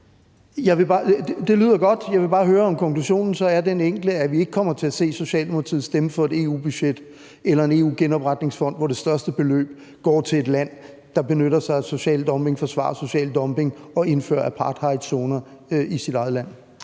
Det lyder godt. Jeg vil bare høre, om konklusionen så er den enkle, at vi ikke kommer til at se Socialdemokratiet stemme for et EU-budget eller en EU's genopretningsfond, hvor det største beløb går til et land, der benytter sig af social dumping, forsvarer social dumping og indfører apartheidzoner i sit eget land.